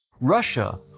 Russia